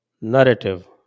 narrative